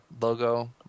logo